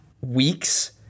weeks